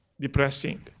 Depressing